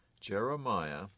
Jeremiah